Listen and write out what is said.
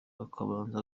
akabanza